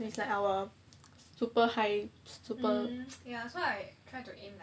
is like our super high super